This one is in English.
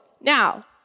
now